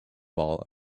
ball